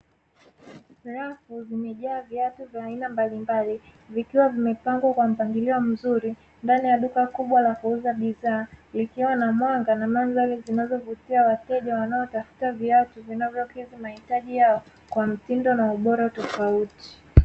Rafu zimejaa viatu vya aina mbalimbali, vikiwa vimepangwa kwa mpangilio mzuri ndani ya duka kubwa la kuuza bidhaa. Likiwa na mwanga na mandhari zinazovutia wateja wanaotafuta viatu vinavyokidhi mahitaji yao kwa mtindo na ubora tofauti.